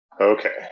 Okay